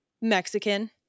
Mexican